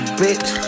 bitch